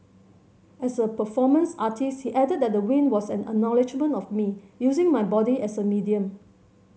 as a performance artist he added that the win was an acknowledgement of me using my body as a medium